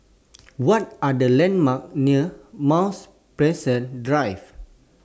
What Are The landmarks near Mount Pleasant Drive